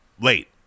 late